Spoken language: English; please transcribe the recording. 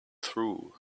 through